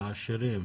לעשירים.